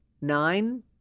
nine